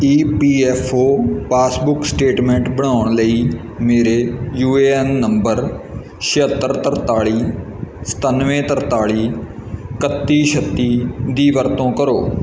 ਈ P F O passbook statement ਬਣਾਉਣ ਲਈ ਮੇਰੇ ਯੂ ਏ ਐਨ ਨੰਬਰ ਛਿਹੱਤਰ ਤਰਤਾਲੀ ਸਤਾਨਵੇਂ ਤਰਤਾਲੀ ਇਕੱਤੀ ਛੱਤੀ ਦੀ ਵਰਤੋਂ ਕਰੋ